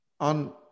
on